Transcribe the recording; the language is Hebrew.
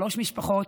שלוש משפחות,